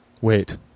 wait